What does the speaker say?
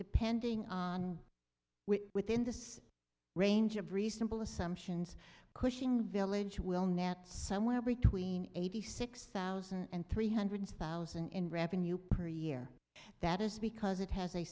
depending on within this range of reasonable assumptions cushing village will net somewhere between eighty six thousand and three hundred thousand in revenue per year that is because it has a